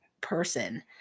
person